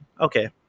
Okay